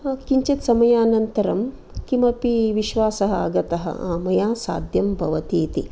किञ्चित् समयानन्तरं किमपि विश्वासः आगतः हा मया साध्यं भवतीति